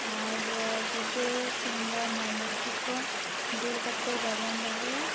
ᱟᱨ ᱰᱤᱵᱟᱹ ᱠᱤᱢᱵᱟ ᱢᱚᱢᱵᱟᱹᱛᱤ ᱠᱚ ᱡᱩᱞ ᱠᱟᱛᱮ ᱵᱟᱵᱚᱱ ᱫᱚᱦᱚᱭᱟ